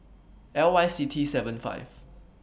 L Y C T seven five